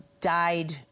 died